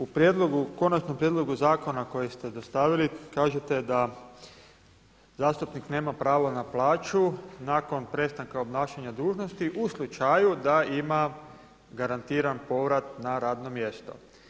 U konačnom prijedlogu zakona kojeg ste dostavili kažete da zastupnik nema pravo na plaću nakon prestanka obnašanja dužnosti u slučaju da ima garantiran povrat na radno mjesto.